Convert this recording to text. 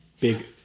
big